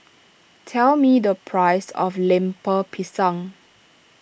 tell me the price of Lemper Pisang